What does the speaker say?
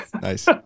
Nice